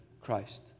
Christ